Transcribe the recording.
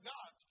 God